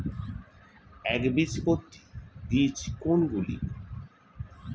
একবীজপত্রী বীজ কোন গুলি?